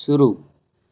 शुरू